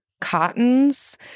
cottons